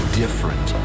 different